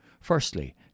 Firstly